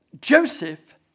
Joseph